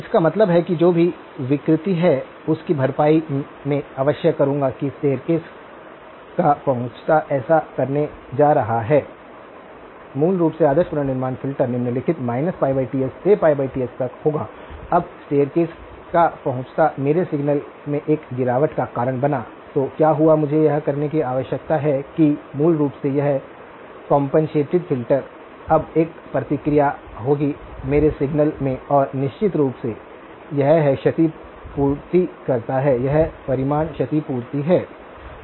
इसका मतलब है कि जो भी विकृति है उसकी भरपाई मैं अवश्य करूंगा कि स्टेरकासे का पहुंचता ऐसा करने जा रहा है मूल रूप से आदर्श पुनर्निर्माण फ़िल्टर निम्नलिखित Ts से Ts तक होगा अब स्टेरकासे का पहुंचता मेरे सिग्नल में एक गिरावट का कारण बना तो क्या हुआ मुझे यह करने की आवश्यकता है कि मूल रूप से यह कम्पेंसेटेड फ़िल्टर अब एक प्रतिक्रिया होगी मेरे सिग्नल में और निश्चित रूप से यह है कि क्षतिपूर्ति करता है यह परिमाण क्षतिपूर्ति है